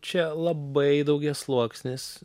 čia labai daugiasluoksnis